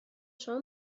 شما